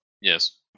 Yes